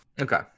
Okay